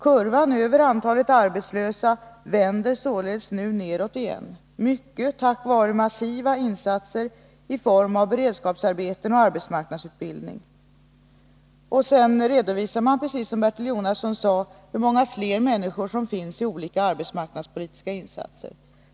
Kurvan över antalet arbetslösa vänder således nu nedåt igen, mycket tack vare massiva insatser i form av beredskapsarbeten och arbetsmarknadsutbildning.” Sedan redovisar länsarbetsnämnden, precis som Bertil Jonasson gjorde, hur många fler människor som sysselsätts genom arbetsmarknadspolitiska insatser.